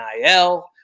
NIL